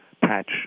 patch